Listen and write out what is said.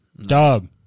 Dub